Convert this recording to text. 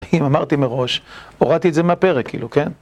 אם אמרתי מראש, הורדתי את זה מהפרק, כאילו, כן?